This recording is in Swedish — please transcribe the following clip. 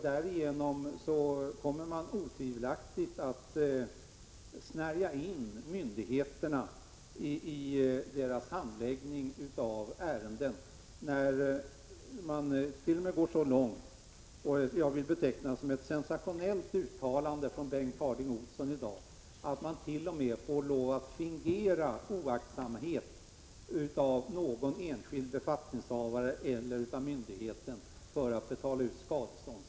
Därigenom kommer man otvivelaktigt att snärja in myndigheterna när det gäller deras handläggning av ärenden. Jag vill beteckna det som ett sensationellt uttalande av Bengt Harding Olson i dag, att man t.o.m. får lov att fingera oaktsamhet av någon enskild befattningshavare eller av myndigheten för att kunna betala ut skadestånd.